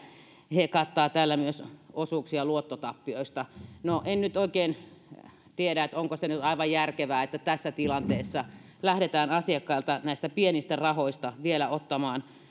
he kattavat tällä myös osuuksia luottotappioista no en nyt oikein tiedä onko se nyt aivan järkevää että tässä tilanteessa lähdetään asiakkailta näistä pienistä rahoista vielä ottamaan